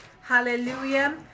Hallelujah